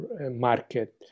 market